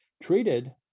Treated